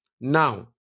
Now